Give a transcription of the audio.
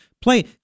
play